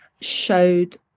showed